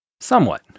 Somewhat